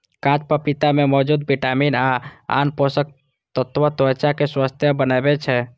कांच पपीता मे मौजूद विटामिन आ आन पोषक तत्व त्वचा कें स्वस्थ बनबै छै